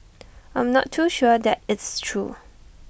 I'm not too sure that is true